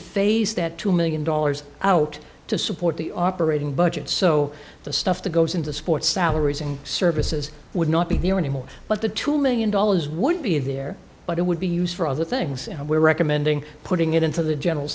phase that two million dollars out to support the operating budget so the stuff that goes into sports salaries and services would not be there anymore but the two million dollars would be there but it would be used for other things we're recommending putting it into the general